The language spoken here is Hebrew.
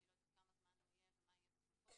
אני לא יודעת כמה זמן הוא יהיה ומה יהיה בסופו,